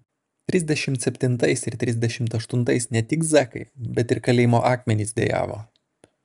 trisdešimt septintais ir trisdešimt aštuntais ne tik zekai bet ir kalėjimo akmenys dejavo